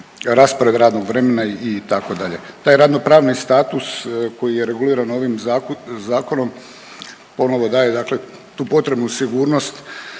raspored radnog vremena itd. Taj radno pravni status koji je reguliran ovim zakonom ponovo daje dakle tu potrebnu sigurnost